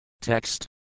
Text